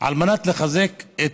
על מנת לחזק את